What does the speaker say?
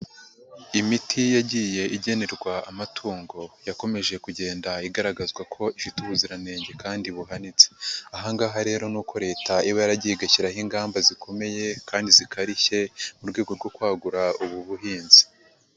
Imiti yagiye igenerwa amatungo yakomeje kugenda igaragazwa ko ifite ubuziranenge kandi buhanitse, aha ngaha rero ni uko leta iba yaragiye igashyiraho ingamba zikomeye kandi zikarishye mu rwego rwo kwagura ubu buhinzi.